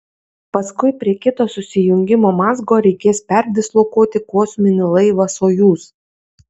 paskui prie kito susijungimo mazgo reikės perdislokuoti kosminį laivą sojuz